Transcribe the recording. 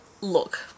look